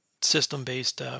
system-based